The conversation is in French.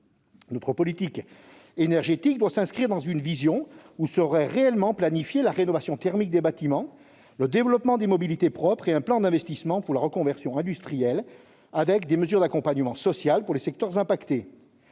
Notre politique énergétique doit s'inscrire dans une vision où seraient réellement planifiés la rénovation thermique des bâtiments, le développement des mobilités propres et un plan d'investissement pour la reconversion industrielle, avec des mesures d'accompagnement social pour les secteurs impactés.